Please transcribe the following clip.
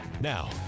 Now